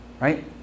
right